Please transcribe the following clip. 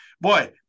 boy